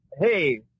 Hey